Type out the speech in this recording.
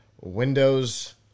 Windows